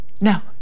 No